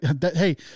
Hey